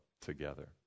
together